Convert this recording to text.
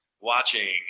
watching